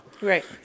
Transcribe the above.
right